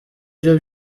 byo